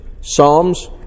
Psalms